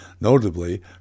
Notably